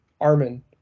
Armin